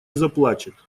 заплачет